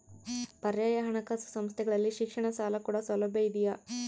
ಪರ್ಯಾಯ ಹಣಕಾಸು ಸಂಸ್ಥೆಗಳಲ್ಲಿ ಶಿಕ್ಷಣ ಸಾಲ ಕೊಡೋ ಸೌಲಭ್ಯ ಇದಿಯಾ?